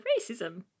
racism